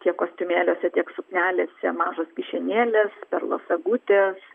tiek kostiumėliuose tiek suknelėse mažos kišenėlės perlų sagutės